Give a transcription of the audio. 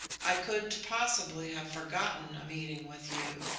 i couldn't possibly have forgotten a meeting with you.